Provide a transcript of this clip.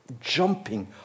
jumping